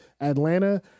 Atlanta